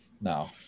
No